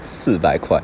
四百块